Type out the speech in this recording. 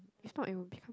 if not it will become